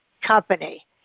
company